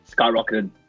skyrocketed